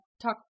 talk